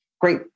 great